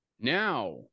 now